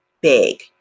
big